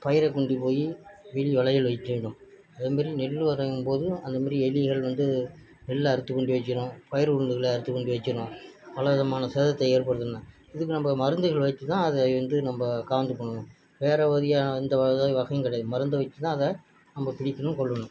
பயிரை கொண்டு போய் எலி வளையில் வைத்துவிடும் அதேமாதிரி நெல் விளையும் போதும் அந்தமாதிரி எலிகள் வந்து நெல்லை அறுத்து கொண்டு போய் வச்சுரும் பயிறு உளுந்துகளை அறுத்து கொண்டு போய் வச்சுரும் பல விதமான சேதத்தை ஏற்படுத்தும் இதுக்கு நம்ப மருந்துகள் வைத்துதான் அதை வந்து நம்ப காபந்து பண்ணும் வேறு கிடையாது மருந்து வைத்துதான் அதை நம்ப பிடிக்கணும் கொள்ளணும்